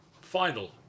final